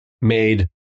made